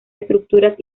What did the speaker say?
estructuras